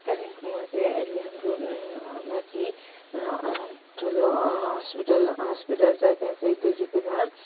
कालिम्पोङमा चाहिँ अहिले हाम्रो माथि ठुलो हस्पिटल हस्पिटल छ त्यहाँ चाहिँ दुई रुपियाँमा